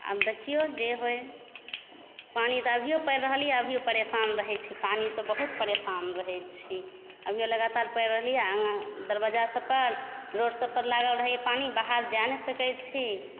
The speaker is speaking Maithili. आब देखिऔ जे होए पानि तऽ अभिओ पड़ि रहल यऽ अभिओ परेशान रहै छी पानिसँ बहुत परेशान रहै छी अभियो लगातार पड़ि रहल यऽ आगाँ दरवज्जा सब पर रोड सब पर लागल रहैए पानि बाहर जाए नहि सकै छी